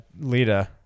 Lita